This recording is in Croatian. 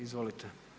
Izvolite.